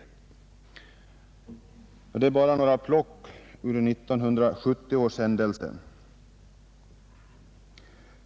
Detta är bara några plock ur 1970 års händelser.